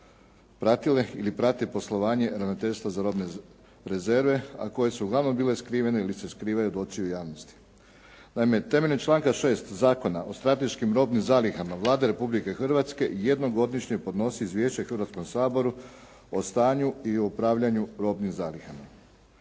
pratile ili prate poslovanje Ravnateljstva za robne rezerve, a koje su uglavnom bile skrivene ili se skrivaju od očiju javnosti. Naime, temeljem članka 6. Zakona o strateškim robnim zalihama Vlada Republike Hrvatske jednom godišnje podnosi izvješće Hrvatskom saboru i upravljanju robnim zalihama.